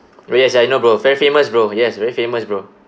yes I know bro very famous bro yes very famous bro